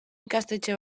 ikastetxe